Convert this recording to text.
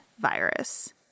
virus